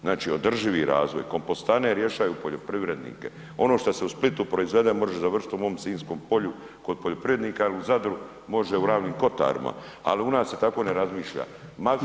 Znači održivi razvoj, kompostane rješavaju poljoprivrednike, ono šta se u Splitu proizvede može završiti u mom Sunjskom polju kod poljoprivrednika ili Zadru može u Ravnim kotarima ali u nas se tako ne razmišlja. ... zarada.